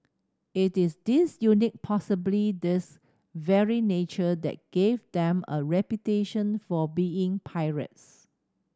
it is this quite possibly this very nature that gave them a reputation for being pirates